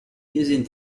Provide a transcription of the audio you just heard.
using